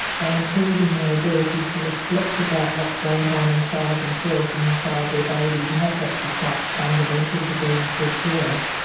they improve in their ability to reflect about what's going on inside themselves and inside their babies and that's actually quite fundamental to being a good parent.